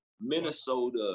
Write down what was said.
Minnesota